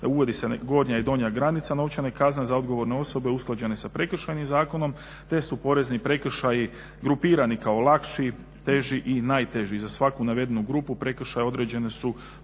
uvodi se gornja i donja granica novčane kazne za odgovorne osobe usklađene sa Prekršajnim zakonom te su porezni prekršaji grupirani kao lakši, teži i najteži. Za svaku navedenu grupu prekršaja određene su